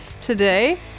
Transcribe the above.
today